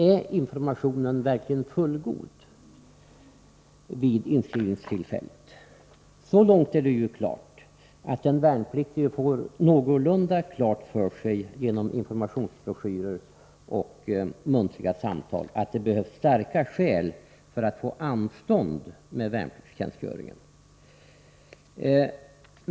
Är informationen verkligen fullgod vid inskrivningstillfället? Så långt är det klart att den värnpliktige — genom informationsbroschyrer och muntliga samtal — får någorlunda klart för sig att det behövs starka skäl för att få anstånd med värnpliktstjänstgöringen.